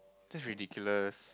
that's ridiculous